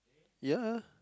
ya